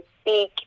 speak